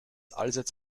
allseits